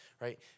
right